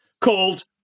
called